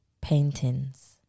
paintings